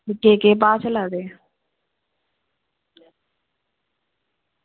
ते केह् केह् भाव लाए दे